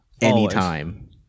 Anytime